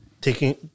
Taking